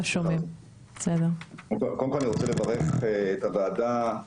קודם כל אני רוצה לברך את הוועדה,